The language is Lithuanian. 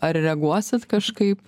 ar reaguosit kažkaip